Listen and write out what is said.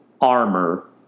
armor